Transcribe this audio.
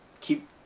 keep